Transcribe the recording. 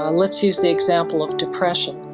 ah and let's use the example of depression.